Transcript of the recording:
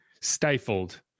stifled